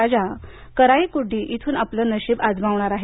राजा कराईक्कुडी इथून आपलं नशीब अजमावणार आहेत